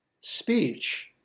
speech